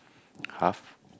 half